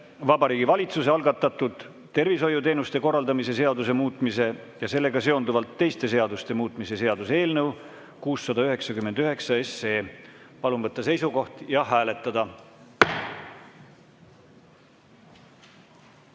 Vabariigi Valitsuse algatatud tervishoiuteenuste korraldamise seaduse muutmise ja sellega seonduvalt teiste seaduste muutmise seaduse eelnõu 699. Palun võtta seisukoht ja hääletada!